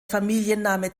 familienname